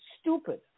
stupid